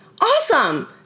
awesome